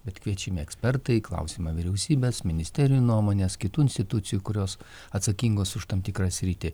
bet kviečiami ekspertai klausima vyriausybės ministerijų nuomonės kitų institucijų kurios atsakingos už tam tikrą sritį